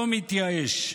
לא מתייאש.